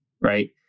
right